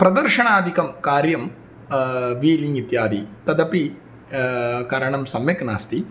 प्रदर्शनादिकं कार्यं वीलिङ्ग् इत्यादि तदपि करणं सम्यक् नास्ति